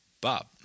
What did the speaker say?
Bob